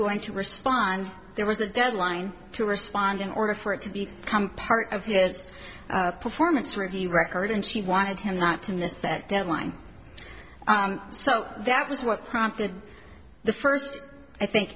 going to respond there was a deadline to respond in order for it to be part of his performance review record and she wanted him not to miss that deadline so that was what prompted the first i think